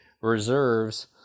reserves